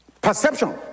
Perception